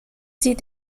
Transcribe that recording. sie